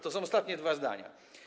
To są ostatnie dwa zdania.